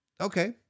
Okay